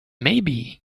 maybe